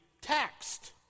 taxed